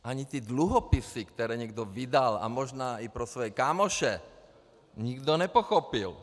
Ani ty dluhopisy, které někdo vydal, a možná i pro své kámoše, nikdo nepochopil.